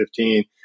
2015